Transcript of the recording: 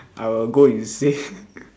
I will insane